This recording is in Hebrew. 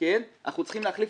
ואנחנו צריכים להחליף